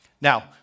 Now